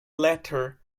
letter